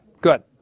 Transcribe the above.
good